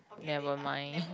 never mind